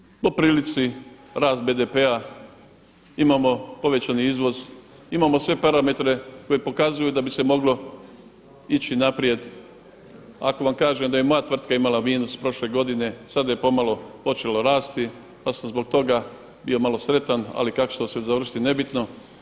Kada imamo po prilici rast BDP-a imamo povećani izvoz, imamo sve parametre koji pokazuju da bi se moglo ići naprijed, ako vam kažem da je moja tvrtka imala minus prošle godine, sada je pomalo počelo rasti pa sam zbog toga bio malo sretan, ali kako će to sve završiti nebitno.